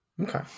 Okay